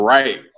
Right